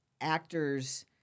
actors